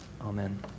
Amen